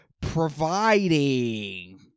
providing